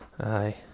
Aye